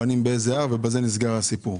זה עוד איזה הר ובזה נסגר הסיפור.